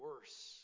worse